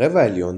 רבע העליון,